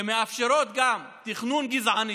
שמאפשרות גם תכנון גזעני.